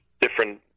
different